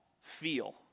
feel